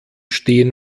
stehen